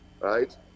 right